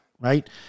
Right